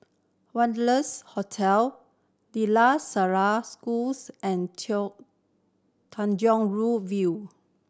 Wanderlust Hotel De La Salle Schools and Tanjong Rhu View